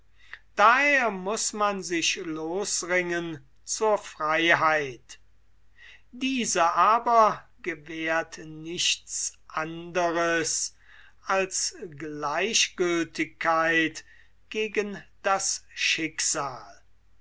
daher muß man sich losringen zur freiheit diese gewährt nichts anderes als gleichgültigkeit gegen das schicksal